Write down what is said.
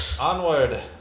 Onward